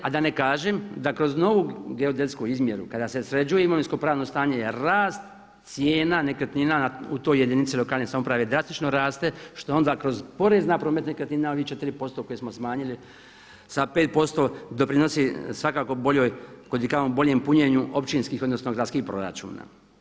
A da ne kažem da kroz novu geodetsku izmjeru kada se sređuje imovinsko pravno stanje je rast cijena nekretnina u toj jedinici lokalne samouprave, drastično raste što onda kroz porez na promet nekretnina ovih 4% koje smo smanjili sa 5% doprinosi svakako boljoj, kudikamo boljem punjenju općinskih odnosno gradskih proračuna.